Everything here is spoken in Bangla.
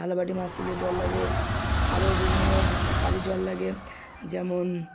থালা বাটি মাজতে গিয়ে জল লাগে আরো বিভিন্ন কাজে জল লাগে যেমন